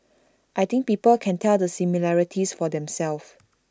I think people can tell the similarities for themselves